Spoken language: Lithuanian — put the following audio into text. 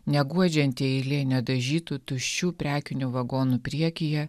neguodžianti eilė nedažytų tuščių prekinių vagonų priekyje